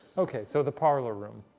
okay, so the parlor room.